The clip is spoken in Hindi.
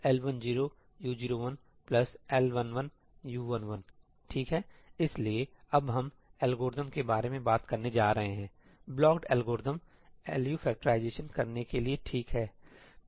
ठीक है इसलिए अब हम एल्गोरिथ्म के बारे में बात करने जा रहे हैं ब्लॉक्ड एल्गोरिथ्म एलयू फैक्टराइजेशन करने के लिए ठीक है